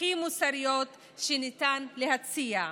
הכי מוסריות שניתן להציע.